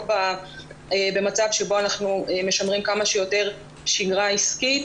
במצב שבו אנחנו משמרים כמה שיותר שגרה עסקית,